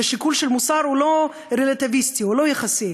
ושיקול של מוסר הוא לא רלטיביסטי, הוא לא יחסי.